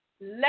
Let